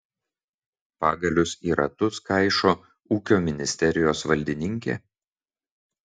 pagalius į ratus kaišo ūkio ministerijos valdininkė